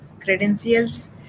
credentials